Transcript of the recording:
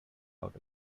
out